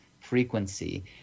frequency